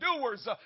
doers